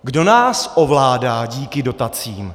Kdo nás ovládá díky dotacím?